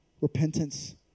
repentance